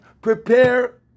prepare